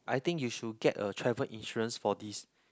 I think you should get a travel insurance for this